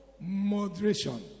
moderation